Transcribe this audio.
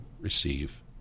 receive